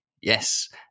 Yes